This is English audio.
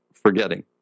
forgetting